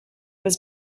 was